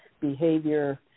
behavior